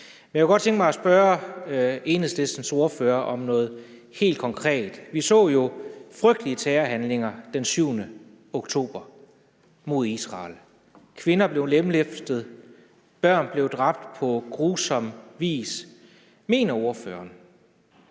Jeg kunne godt tænke mig at spørge Enhedslistens ordfører om noget helt konkret. Vi så jo frygtelige terrorhandlinger den 7. oktober mod Israel. Kvinder blev lemlæstet, børn blev dræbt på grusom vis. Mener ordføreren,